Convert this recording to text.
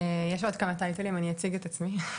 יש עוד כמה טייטלים, אני אציג את עצמי.